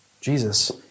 Jesus